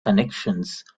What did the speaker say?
connections